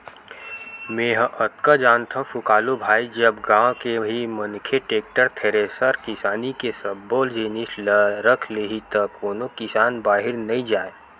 मेंहा अतका जानथव सुकालू भाई जब गाँव के ही मनखे टेक्टर, थेरेसर किसानी के सब्बो जिनिस ल रख लिही त कोनो किसान बाहिर नइ जाय